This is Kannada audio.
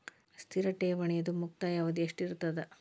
ಸ್ಥಿರ ಠೇವಣಿದು ಮುಕ್ತಾಯ ಅವಧಿ ಎಷ್ಟಿರತದ?